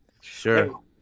Sure